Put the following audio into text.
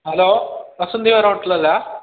hello Vasanthi പറഞ്ഞ hotel അല്ലേ